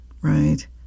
right